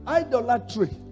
idolatry